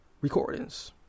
recordings